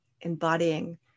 embodying